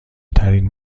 ترین